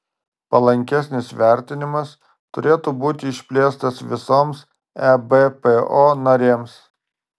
palankesnis vertinimas turėtų būti išplėstas visoms ebpo narėms